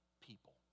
people